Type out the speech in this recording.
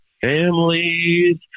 families